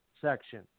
section